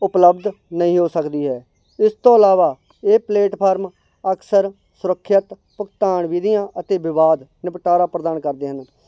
ਉਪਲਬਧ ਨਹੀਂ ਹੋ ਸਕਦੀ ਹੈ ਇਸ ਤੋਂ ਇਲਾਵਾ ਇਹ ਪਲੇਟਫਾਰਮ ਅਕਸਰ ਸੁਰੱਖਿਅਤ ਭੁਗਤਾਨ ਵਿਧੀਆਂ ਅਤੇ ਵਿਵਾਦ ਨਿਪਟਾਰਾ ਪ੍ਰਦਾਨ ਕਰਦੇ ਹਨ